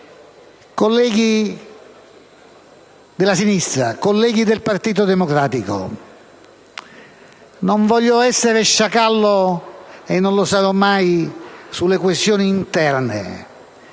Colleghi della sinistra, colleghi del Partito Democratico, non voglio essere sciacallo e non lo sarò mai sulle questioni interne.